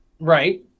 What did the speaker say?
Right